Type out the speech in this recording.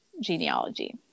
genealogy